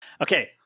Okay